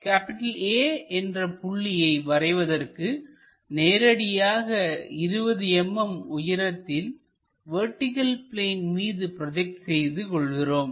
A என்ற புள்ளியை வரைவதற்கு நேரடியாக 20 mm உயரத்தில் வெர்டிகள் பிளேன் மீது ப்ரோஜெக்ட் செய்து கொள்கிறோம்